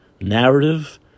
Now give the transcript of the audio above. Narrative